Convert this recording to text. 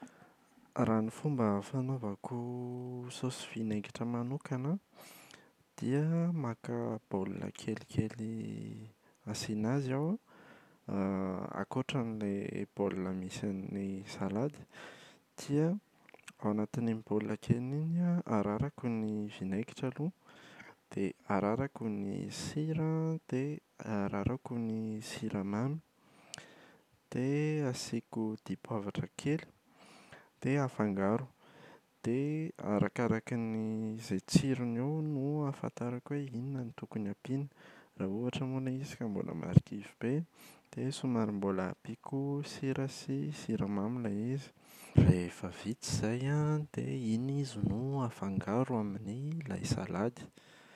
Raha ny fomba fanaovako saosy vinaingitra manokana an dia maka baolina kelikely asiana azy aho an ankoatra an’ilay baolina misy ny salady dia ao anatin’iny baolina kely iny an ararako ny vinaingitra aloha dia ararako ny sira an, dia ararako ny siramamy, dia asiako dipoavatra kely, dia afangaro. Dia arakarakin’ny izay tsirony eo no ahafantarako hoe inona no tokony ampiana. Raha ohatra moa ilay izy ka mbola marikivy be, dia somary mbola ampiako sira sy siramamy ilay izy. Rehefa vita izay an dia iny izy no afangaro amin’ilay salady.